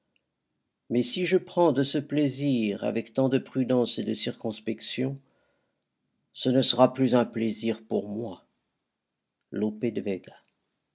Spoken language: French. mais si je prends de ce plaisir avec tant de prudence et de circonspection ce ne sera plus un plaisir pour moi lope de vega